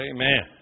Amen